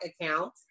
account